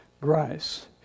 grace